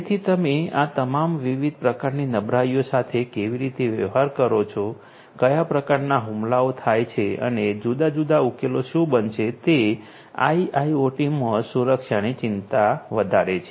તેથી તમે આ તમામ વિવિધ પ્રકારની નબળાઈઓ સાથે કેવી રીતે વ્યવહાર કરો છો કયા પ્રકારનાં હુમલાઓ થાય છે અને જુદા જુદા ઉકેલો શું બનશે તે આઈઆઈઓટીમાં સુરક્ષાની ચિંતા વધારે છે